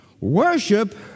Worship